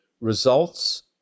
results